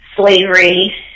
slavery